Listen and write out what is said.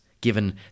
given